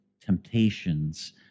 temptations